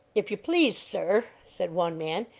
if you please, sir, said one man,